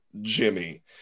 Jimmy